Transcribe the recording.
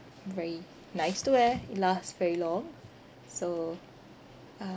very nice to wear it lasts very long so uh